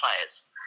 players